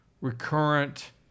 recurrent